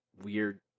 weird